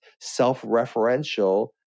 self-referential